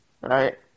right